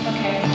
Okay